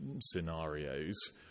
scenarios